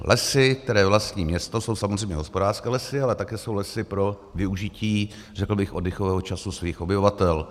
Lesy, které vlastní město, jsou samozřejmě hospodářské lesy, ale také jsou to lesy pro využití, řekl bych, oddychového času svých obyvatel.